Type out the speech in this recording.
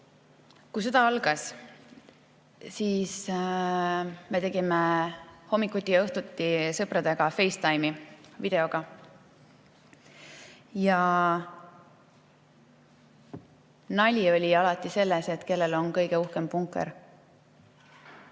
Kui sõda algas, siis me tegime hommikuti ja õhtuti sõpradega FaceTime'i, videoga. Nali oli alati selles, et kellel on kõige uhkem punker.